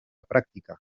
pràctica